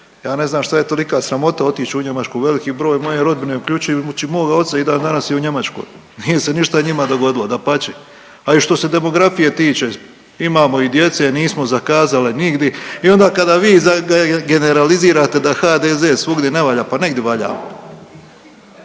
ja ne znam šta je tolika sramota otić u Njemačku. Veliki broj moje rodbine, uključujući i moga oca i dandanas je u Njemačkoj, nije se ništa njima dogodilo, dapače. A i što se demografije tiče, imamo i djece, nismo zakazali nigdi i onda kada vi generalizirate da HDZ svugdje ne valja, pa negdje valja.